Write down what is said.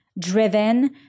driven